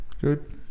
Good